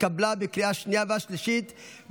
התקבלה בקריאה השנייה והשלישית,